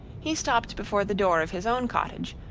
he stopped before the door of his own cottage,